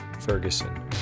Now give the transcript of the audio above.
Ferguson